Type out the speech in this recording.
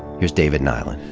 here's david nylund.